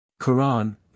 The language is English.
Quran